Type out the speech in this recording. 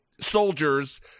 soldiers